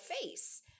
face